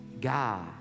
God